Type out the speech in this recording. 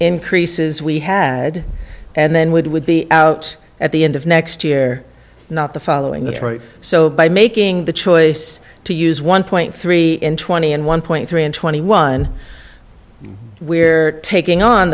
increases we had and then would would be out at the end of next year not the following that story so by making the choice to use one point three and twenty and one point three and twenty one we're taking on